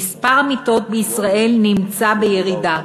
מספר המיטות בישראל נמצא בירידה,